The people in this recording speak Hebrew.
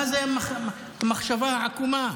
מה זאת המחשבה העקומה?